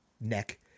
neck